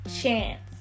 chance